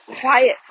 quiet